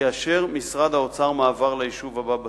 יאשר משרד האוצר מעבר ליישוב הבא בתור.